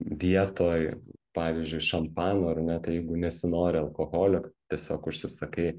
vietoj pavyzdžiui šampano ar ne tai jeigu nesinori alkoholio tiesiog užsisakai